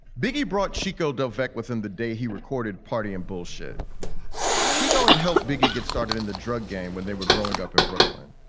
biggie brought chico defect within the day he recorded party and bullshit chico, it helped biggie get started in the drug game when they were growing up in brooklyn.